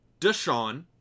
Deshawn